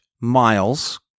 Miles